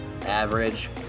average